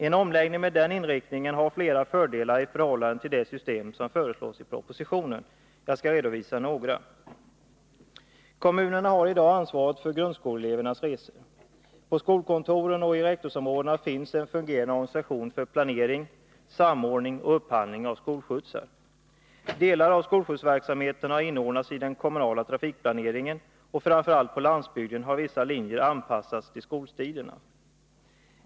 En omläggning med den inriktningen har flera fördelar i förhållande till det system som föreslås i propositionen. Jag skall redovisa några. Kommunerna har i dag ansvaret för grundskoleelevernas resor. På skolkontoren och i rektorsområdena finns en fungerande organisation för planering, samordning och upphandling av skolskjutsar. Delar av skolskjutsverksamheten har inordnats i den kommunala trafikplaneringen, och framför allt på landsbygden har vissa linjer anpassats till skoltiderna.